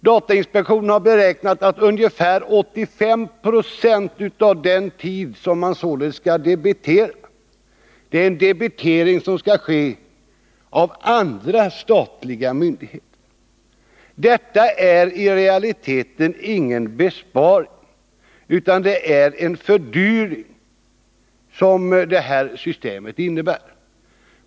Datainspektionen har beräknat att ungefär 85 20 av den tid som man skulle debitera i så fall skall debiteras andra statliga myndigheter. Detta är i realiteten ingen besparing, utan det är en fördyring.